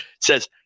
says